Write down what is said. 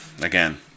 again